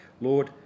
lord